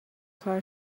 کار